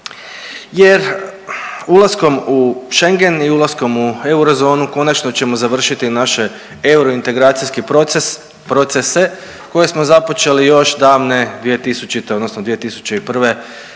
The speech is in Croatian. jer ulaskom u Schengen i ulaskom u eurozonu konačno ćemo završiti naš euro integracijski proces, procese koje smo započeli davne 2000.